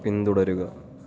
പിന്തുടരുക